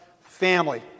family